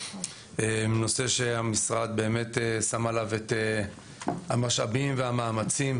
נושא שהמשרד שם עליו את המשאבים והמאמצים